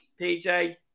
PJ